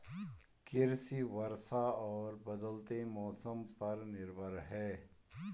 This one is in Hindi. कृषि वर्षा और बदलते मौसम पर निर्भर है